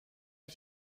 ich